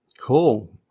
Cool